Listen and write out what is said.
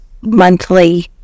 monthly